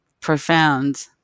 profound